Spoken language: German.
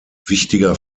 wichtiger